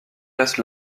reste